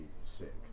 sick